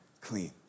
clean